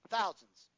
Thousands